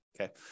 okay